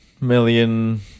million